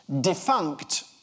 defunct